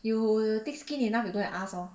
you thick skin enough you go and ask lor